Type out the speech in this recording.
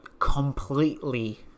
completely